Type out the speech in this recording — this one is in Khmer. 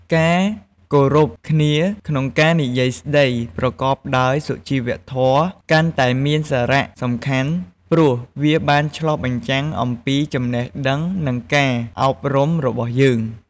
ការគោរពគ្នាក្នុងការនិយាយស្តីប្រកបដោយសុជីវធម៌កាន់តែមានសារៈសំខាន់ព្រោះវាបានឆ្លុះបញ្ចាំងអំពីចំណេះដឹងនិងការអប់រំរបស់យើង។